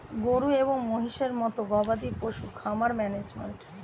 গরু এবং মহিষের মতো গবাদি পশুর খামার ম্যানেজমেন্ট